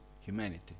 humanity